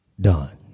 done